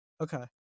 Okay